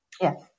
Yes